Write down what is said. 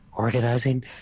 organizing